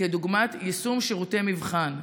כדוגמת יישום שירותי מבחן,